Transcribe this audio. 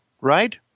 right